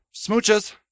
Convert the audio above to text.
smooches